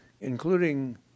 including